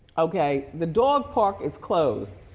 okay, the dog park is closed.